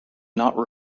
not